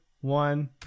one